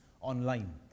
online